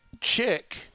Chick